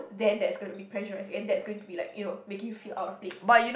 then that's gonna be pressurizing and that's going to be like you know making you feel out of place